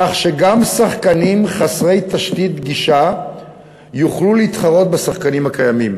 כך שגם שחקנים חסרי תשתית גישה יוכלו להתחרות בשחקנים הקיימים,